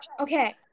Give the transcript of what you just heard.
Okay